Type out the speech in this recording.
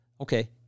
Okay